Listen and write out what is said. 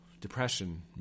Depression